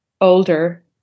older